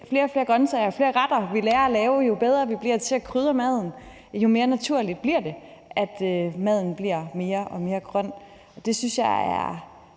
flere og flere grønsager. Jo flere retter vi lærer at lave, og jo bedre vi bliver til at krydre maden, jo mere naturligt bliver det, at maden bliver mere og mere grøn. Det synes jeg er